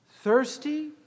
thirsty